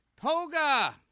Toga